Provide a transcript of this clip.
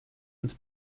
ins